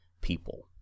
people